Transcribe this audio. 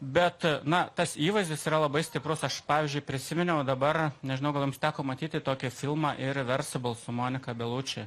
bet na tas įvaizdis yra labai stiprus aš pavyzdžiui prisiminiau dabar nežinau gal jums teko matyti tokį filmą irreversible su monika beluči